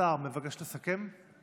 השר מבקש לסכם?